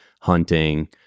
hunting